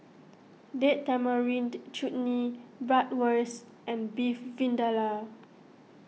Date Tamarind Chutney Bratwurst and Beef Vindaloo